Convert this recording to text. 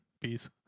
peace